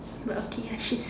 but okay ya she's